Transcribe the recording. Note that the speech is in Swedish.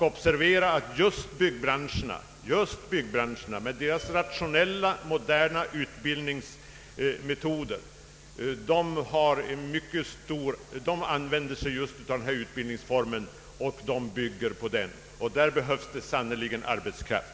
Observera att just byggnadsbranschen med dess rationella och moderna utbildningsmetoder begagnar sig av den utbildningsform det här gäller och bygger sin utbildning på den — och i denna bransch behövs det sannerligen arbetskraft!